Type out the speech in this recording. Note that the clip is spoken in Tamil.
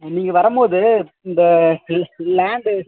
நீங்கள் வரம்போது இந்த லேண்டு